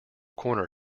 corner